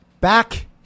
Back